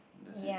that's it